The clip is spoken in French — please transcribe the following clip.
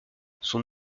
son